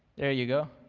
there you go.